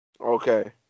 Okay